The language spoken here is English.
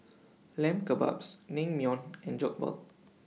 Lamb Kebabs Naengmyeon and Jokbal